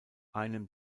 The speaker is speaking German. einen